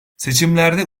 seçimlerde